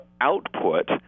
output